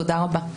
תודה רבה.